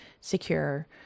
secure